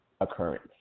occurrence